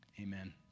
amen